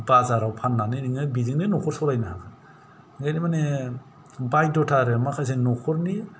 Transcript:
बाजाराव फान्नानो नोङो बेजोंनो न'खर सलायनो हागोन एरै माने बायध्दथा आरो माखासे न'खरनि